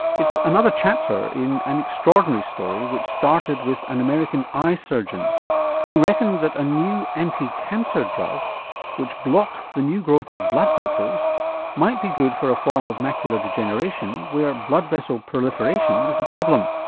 it's another chapter in an extraordinary story which started with an american eye surgeon who reckoned that a new anti-cancer drug which blocked the new growth of blood vessels might be good for a form of macular degeneration where blood vessel proliferation is the problem.